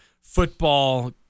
football